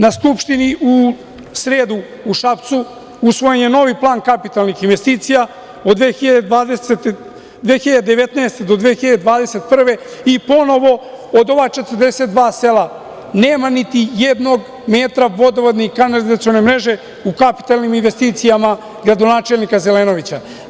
Na skupštini u sredu u Šapcu usvojen je novi plan kapitalnih investicija od 2019. godine do 2021. i ponovo od ovih 42 sela nema niti jednog metra vodovodne i kanalizacione mreže u kapitalnim investicijama gradonačelnika Zelenovića.